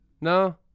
No